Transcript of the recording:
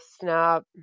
snap